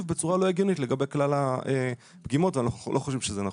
בצורה לא הגיונית לגבי כלל הפגימות ואנחנו לא חושבים שזה נכון.